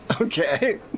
Okay